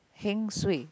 heng suay